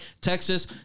Texas